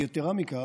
יתרה מזו,